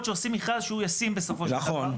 שעושים מכרז שהוא ישים בסופו של דבר.